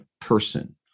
person